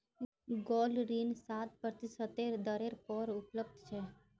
gold ऋण सात प्रतिशतेर दरेर पर उपलब्ध छ